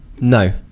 No